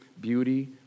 beauty